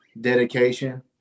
dedication